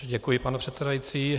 Děkuji, pane předsedající.